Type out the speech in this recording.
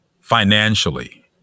financially